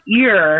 ear